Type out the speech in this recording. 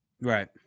Right